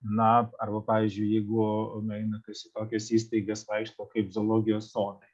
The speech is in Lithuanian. na arba pavyzdžiui jeigu nueina kas į tokias įstaigas vaikšto kaip zoologijos sodai